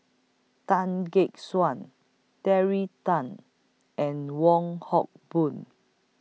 Tan Gek Suan Terry Tan and Wong Hock Boon